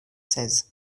seize